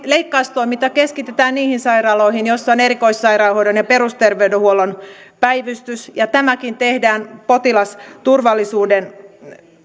leikkaustoiminta keskitetään niihin sairaaloihin joissa on erikoissairaanhoidon ja perusterveydenhuollon päivystys ja tämäkin tehdään potilasturvallisuuden